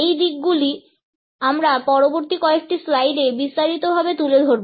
এই দিকগুলো আমরা পরবর্তী কয়েকটি স্লাইডে বিস্তারিতভাবে তুলে ধরব